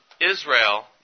Israel